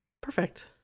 Perfect